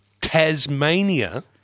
Tasmania